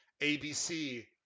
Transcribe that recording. ABC